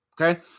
okay